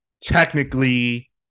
technically